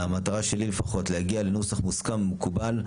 המטרה שלי לפחות, להגיע לנוסח מוסכם ומקובל.